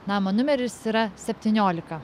namo numeris yra septyniolika